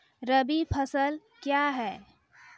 रबी फसल क्या हैं?